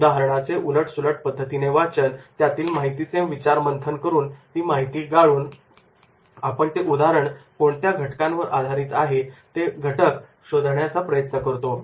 उदाहरणाचे उलट सुलट पद्धतीने वाचन व त्यातील माहितीचे मंथन करून ती माहिती गाळून आपण ते उदाहरण कोणत्या घटकांवर आधारित आहे ते घटक शोधण्याचा प्रयत्न करतो